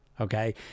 okay